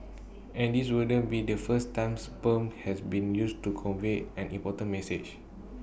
and this wouldn't be the first time sperm has been used to convey an important message